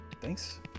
Thanks